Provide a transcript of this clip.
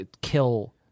kill